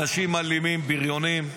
אנשים אלימים, בריונים,